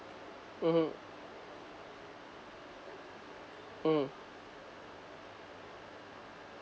mmhmm mm